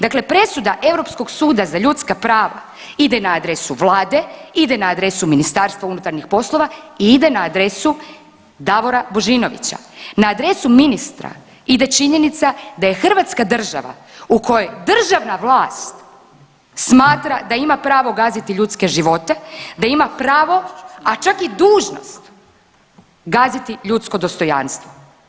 Dakle presuda Europskog suda za ljudska prava ide na adresu vlade, ide na adresu MUP-a i ide na adresu Davora Božinovića, na adresu ministra ide činjenica da je hrvatska država u kojoj državna vlast smatra da ima pravo gaziti ljudske živote, da ima pravo, a čak i dužnost gaziti ljudsko dostojanstvo.